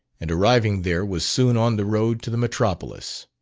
and arriving there was soon on the road to the metropolis.